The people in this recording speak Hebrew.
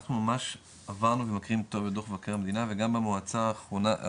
אנחנו ממש עברנו ומכירים טוב את דו"ח מבקר המדינה וגם המועצה האחרונה,